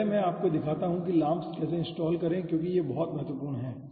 पहले मैं आपको दिखाता हूँ कि LAMMPS कैसे इनस्टॉल करें क्योंकि यह बहुत महत्वपूर्ण है